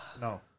No